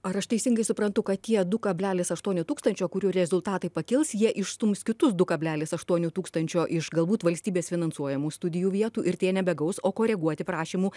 ar aš teisingai suprantu kad tie du kablelis aštuoni tūkstančio kurių rezultatai pakils jie išstums kitus du kablelis aštuoni tūkstančio iš galbūt valstybės finansuojamų studijų vietų ir tie nebegaus o koreguoti prašymų